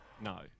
no